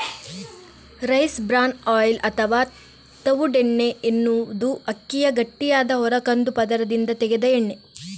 rice bran oil ಅಥವಾ ತವುಡೆಣ್ಣೆ ಅನ್ನುದು ಅಕ್ಕಿಯ ಗಟ್ಟಿಯಾದ ಹೊರ ಕಂದು ಪದರದಿಂದ ತೆಗೆದ ಎಣ್ಣೆ